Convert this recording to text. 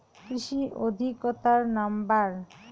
কৃষি অধিকর্তার নাম্বার?